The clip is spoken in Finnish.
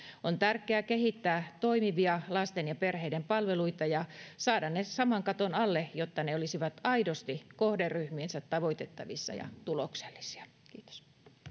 on tärkeää kehittää toimivia lasten ja perheiden palveluita ja saada ne saman katon alle jotta ne olisivat aidosti kohderyhmiensä tavoitettavissa ja tuloksellisia kiitos